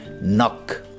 knock